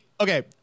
Okay